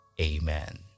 Amen